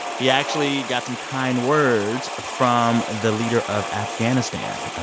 he actually got some kind words from the leader of afghanistan.